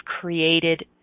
created